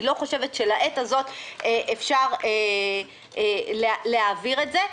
לא חושבת שלעת הזאת אפשר להעביר את זה.